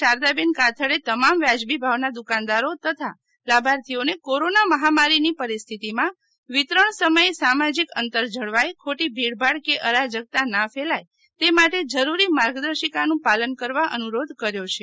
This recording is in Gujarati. શ્રી કાથડે તમામ વ્યાજબી ભાવના દુકાનદારો તથા લાભાર્થીઓને કોરોના મહામારીની પરિસ્થિતિમાં વિતરણ સમયે સામાજિક અંતર જળવાય ખોટી ભીડભાડ કે અરાજકતા ના ફેલાયે તે માટે જરૂરી માર્ગદર્શિકાનું પાલન કરવા અનુરોધ કર્યો છે